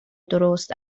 درست